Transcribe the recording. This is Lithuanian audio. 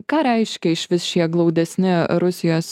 ką reiškia išvis šie glaudesni rusijos